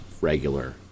regular